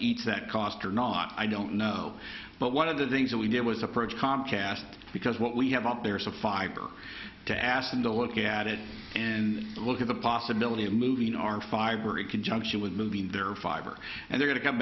eat that cost or not i don't know but one of the things that we did was approach comcast because what we have up there is a fiber to ask them to look at it and look at the possibility of moving our fiber in conjunction with moving their fiber and their to come